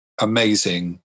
amazing